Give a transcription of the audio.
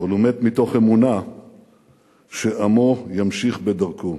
אבל הוא מת מתוך אמונה שעמו ימשיך בדרכו.